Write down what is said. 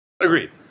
Agreed